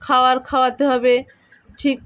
খাওয়ার খাওয়াতে হবে ঠিক